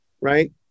right